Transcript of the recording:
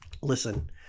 Listen